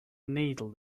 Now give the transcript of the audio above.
needle